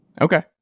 okay